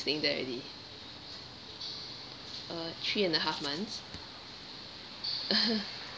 staying there already uh three and a half months